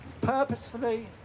purposefully